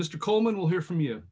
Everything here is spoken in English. mr coleman we'll hear from you